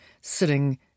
sitting